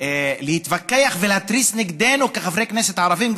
או להתווכח ולהתריס נגדנו כחברי כנסת ערבים,